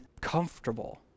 comfortable